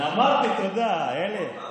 אמרתי, תודה, אלי.